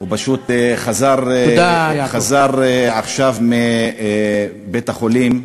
הוא פשוט חזר עכשיו מבית-החולים,